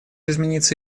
измениться